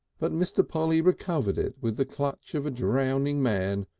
but mr. polly recovered it with the clutch of a drowning man.